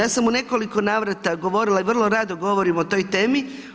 Ja sam u nekoliko navrata govorila i vrlo rado govorim o toj temi.